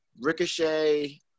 Ricochet